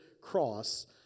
cross